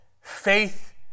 Faith